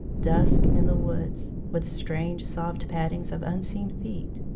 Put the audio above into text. dusk in the woods, with strange soft paddings of unseen feet,